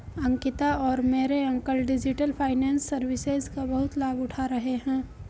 अंकिता और मेरे uncle digital finance services का बहुत लाभ उठा रहे हैं